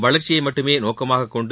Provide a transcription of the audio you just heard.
வளர்ச்சியை மட்டுமே நோக்கமாக கொண்டு